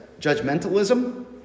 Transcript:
judgmentalism